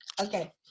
Okay